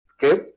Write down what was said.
Good